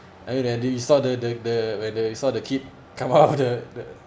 I mean when you saw the the the when the saw the kid come out of the the